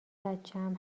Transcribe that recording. بچم